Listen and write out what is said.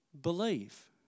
believe